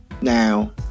Now